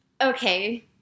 okay